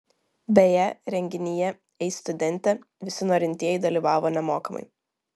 beje renginyje ei studente visi norintieji dalyvavo nemokamai